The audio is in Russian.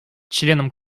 членам